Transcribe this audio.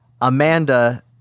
Amanda